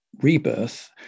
rebirth